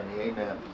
amen